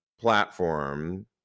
platform